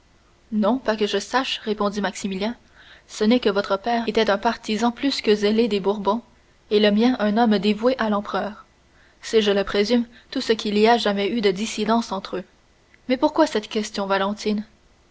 non pas que je sache répondit maximilien ce n'est que votre père était un partisan plus que zélé des bourbons et le mien un homme dévoué à l'empereur c'est je le présume tout ce qu'il y a jamais eu de dissidence entre eux mais pourquoi cette question valentine